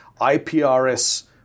IPRS